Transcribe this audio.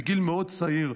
בגיל מאוד צעיר,